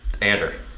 Ander